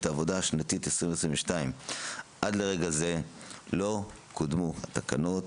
העבודה השנתית 2022. עד לרגע זה לא קודמו התקנות,